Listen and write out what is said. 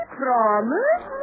promise